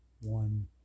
one